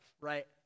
right